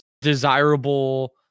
desirable